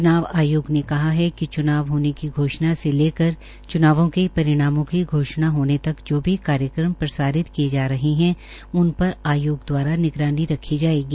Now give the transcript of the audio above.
च्नाव आयोग ने कहा कि च्नाव होने की घोषणा से लेकर चुनावों के परिणामों की घोषणा होने तक जो भी कार्यक्रम प्रसारित किये जा रहे है उन पर आयोग दवारा निगरानी रखी जायेगी